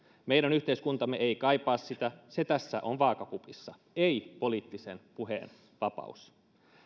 meidän yhteiskuntamme ei kaipaa sitä se tässä on vaakakupissa ei poliittisen puheen vapaus